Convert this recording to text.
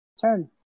turn